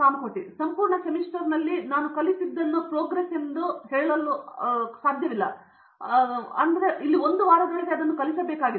ಕಾಮಕೋಟಿ ಸಂಪೂರ್ಣ ಸೆಮಿಸ್ಟರ್ಗಾಗಿ ನಾನು ಕಲಿತದ್ದನ್ನು ಪ್ರೋಗ್ರೆಸ್ ತುಂಬಾ ಶೀಘ್ರವಾಗಿ ಹೊಂದಿದೆ ನಾನು ಇಲ್ಲಿ 1 ವಾರದೊಳಗೆ ಅದನ್ನು ಕಲಿಸಬೇಕಾಗಿದೆ